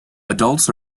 adults